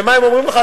ומה הם אומרים לך?